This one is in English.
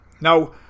Now